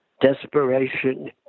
desperation